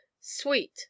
sweet